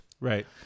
Right